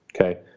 Okay